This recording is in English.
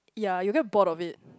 ya you will get bored of it